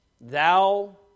Thou